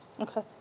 Okay